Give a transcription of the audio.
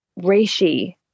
reishi